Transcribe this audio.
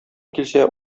килсә